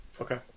Okay